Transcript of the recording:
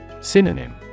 Synonym